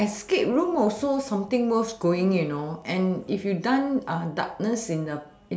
escape room also something worth going you know and if you done darkness in the